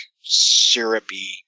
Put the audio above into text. syrupy